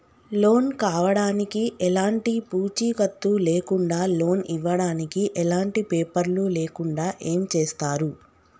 Loan కావడానికి ఎలాంటి పూచీకత్తు లేకుండా లోన్ ఇవ్వడానికి ఎలాంటి పేపర్లు లేకుండా ఏం చేస్తారు?